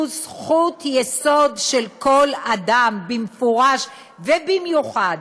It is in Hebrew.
שהוא זכות יסוד של כל אדם, במפורש, ובמיוחד